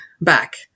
back